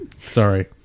Sorry